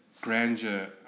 grandeur